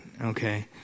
Okay